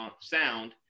Sound